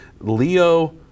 Leo